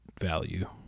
value